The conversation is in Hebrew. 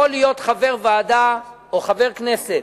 יכול להיות חבר ועדה או חבר כנסת